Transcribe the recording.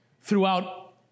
throughout